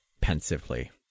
pensively